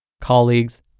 colleagues